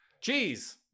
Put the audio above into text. Cheese